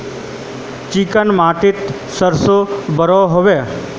Chicken माटित सरसों बढ़ो होबे?